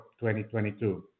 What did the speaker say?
2022